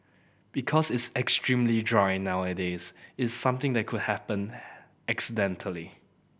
because it's extremely dry nowadays is something that could happened accidentally